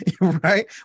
right